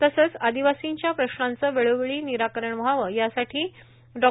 तसंच आदिवासींच्या प्रश्नांचं वेळोवेळी निराकरण व्हावं यासाठी डॉ